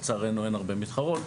לצערנו אין הרבה מתחרות,